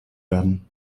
werden